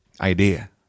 idea